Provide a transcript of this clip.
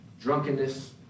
drunkenness